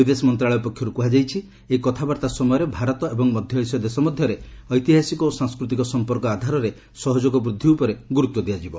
ବିଦେଶ ମନ୍ତ୍ରାଳୟ ପକ୍ଷରୁ କୁହାଯାଇଛି ଏହି କଥାବାର୍ତ୍ତା ସମୟରେ ଭାରତ ଏବଂ ମଧ୍ୟ ଏସୀୟ ଦେଶ ମଧ୍ୟରେ ଐତିହାସିକ ଓ ସାଂସ୍କୃତିକ ସମ୍ପର୍କ ଆଧାରରେ ସହଯୋଗ ବୃଦ୍ଧି ଉପରେ ଗୁରୁତ୍ୱ ଦିଆଯିବ